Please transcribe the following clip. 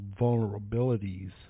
vulnerabilities